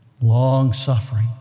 long-suffering